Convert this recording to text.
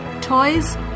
toys